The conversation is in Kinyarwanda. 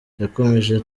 yakomeje